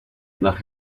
nach